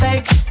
Fake